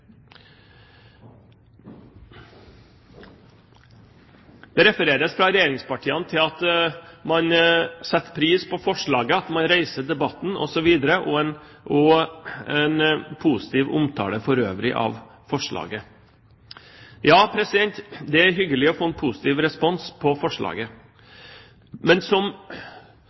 Det refereres fra regjeringspartiene til at man setter pris på forslaget, på at man reiser debatten osv., og det er en positiv omtale for øvrig av forslaget. Ja, det er hyggelig å få positiv respons på forslaget. Men som